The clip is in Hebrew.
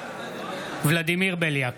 ולדימיר בליאק,